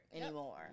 anymore